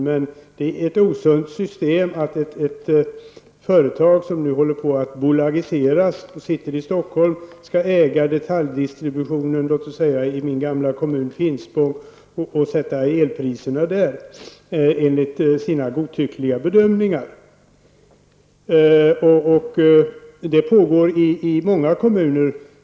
Det är ett osunt system att ett företag som nu håller på att bolagiseras och sitter i Stockholm, skall äga detaljdistributionen i låt oss säga min gamla hemkommun, Finspång, och sätta elpriser där enligt sina godtyckliga bedömningar.